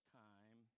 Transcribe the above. time